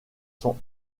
sont